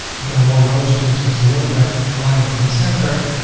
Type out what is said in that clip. they're more rows, you can change the row gap, alignment in the center.